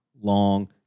long